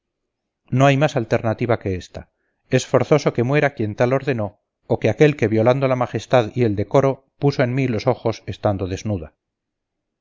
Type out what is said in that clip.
no hay más alternativa que esta es forzoso que muera quien tal ordenó o aquel que violando la majestad y el decoro puso en mí los ojos estando desnuda